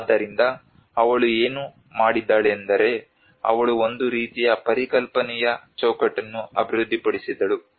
ಆದ್ದರಿಂದ ಅವಳು ಏನು ಮಾಡಿದ್ದಾಳೆಂದರೆ ಅವಳು ಒಂದು ರೀತಿಯ ಪರಿಕಲ್ಪನೆಯ ಚೌಕಟ್ಟನ್ನು ಅಭಿವೃದ್ಧಿಪಡಿಸಿದಳು